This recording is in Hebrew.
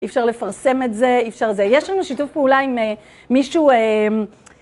אי אפשר לפרסם את זה, אי אפשר זה. יש לנו שיתוף פעולה עם מישהו...